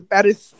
Paris